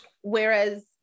Whereas